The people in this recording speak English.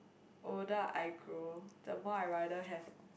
older I grow the more I rather have